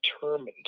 determined